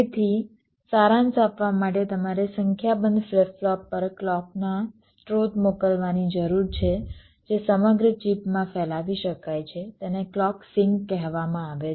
તેથી સારાંશ આપવા માટે તમારે સંખ્યાબંધ ફ્લિપ ફ્લોપ પર ક્લૉકનો સ્ત્રોત મોકલવાની જરૂર છે જે સમગ્ર ચિપમાં ફેલાવી શકાય છે તેને ક્લૉક સિંક કહેવામાં આવે છે